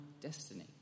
destiny